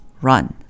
Run